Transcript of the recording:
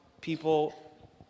people